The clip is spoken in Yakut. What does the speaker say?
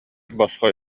босхо